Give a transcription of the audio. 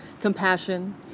compassion